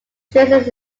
traces